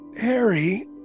Harry